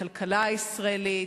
לכלכלה הישראלית.